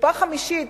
קופה חמישית,